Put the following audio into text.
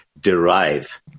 derive